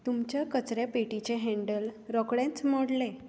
तुमच्या कचऱ्या पेटीचें हँडल रोकडेंच मोडलें